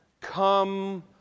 come